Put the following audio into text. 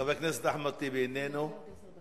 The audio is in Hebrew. חבר הכנסת אחמד טיבי, איננו.